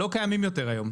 לא קיימים יותר היום.